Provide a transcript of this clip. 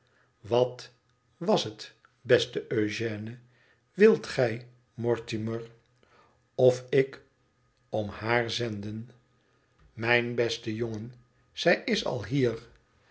wat was het beste eugène wilt gij mortimer lofik tom haar zenden t mijn beste jongen zij is al hier